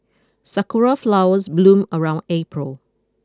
sakura flowers bloom around April